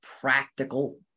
practical